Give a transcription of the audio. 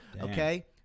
okay